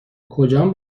کجان